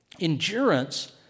Endurance